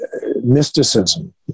mysticism